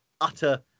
utter